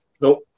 No